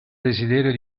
desiderio